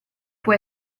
può